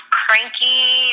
cranky